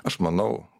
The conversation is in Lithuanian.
aš manau